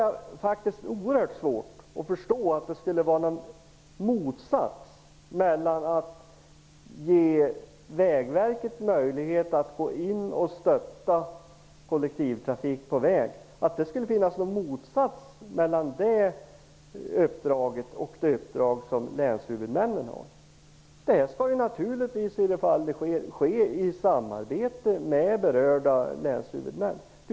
Jag har mycket svårt att förstå att det skulle finnas någon motsättning mellan Vägverkets uppdrag och möjlighet att gå in och stötta kollektivtrafik på väg, och det uppdrag som länshuvudmännen har. Detta skall naturligtvis, i de fall det sker, ske i samarbete med berörda länshuvudmän.